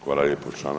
Hvala lijepa.